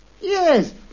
Yes